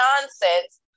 nonsense